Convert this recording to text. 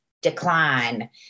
Decline